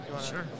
Sure